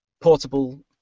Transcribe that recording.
portable